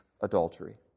adultery